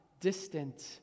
distant